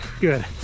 good